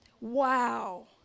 Wow